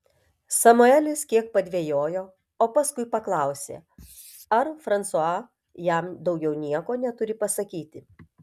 samuelis kiek padvejojo o paskui paklausė ar fransua jam daugiau nieko neturi pasakyti